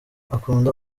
akunda